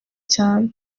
cyane